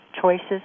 choices